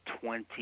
twenty